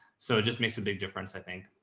so it just makes a big difference. i think.